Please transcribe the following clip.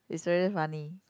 it's really funny